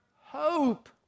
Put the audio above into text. hope